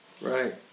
Right